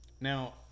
Now